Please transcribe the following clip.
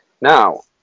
Now